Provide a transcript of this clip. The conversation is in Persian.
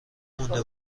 مونده